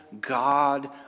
God